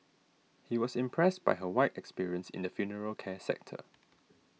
he was impressed by her wide experience in the funeral care sector